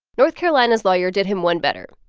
north carolina's lawyer did him one better.